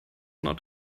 not